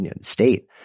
state